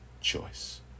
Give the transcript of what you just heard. choice